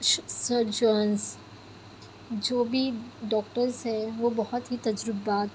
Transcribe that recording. surgeons جو بھی doctors ہیں وہ بہت ہی تجربات